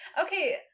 Okay